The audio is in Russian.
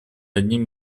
одним